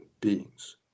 beings